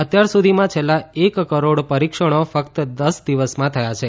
અત્યાર સુધીમાં છેલ્લા એક કરોડ પરીક્ષણો ફક્ત દસ દિવસમાં થયા છે